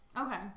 okay